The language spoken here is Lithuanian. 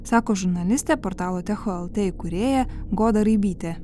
sako žurnalistė portalo techo lt įkūrėja goda raibytė